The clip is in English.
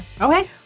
Okay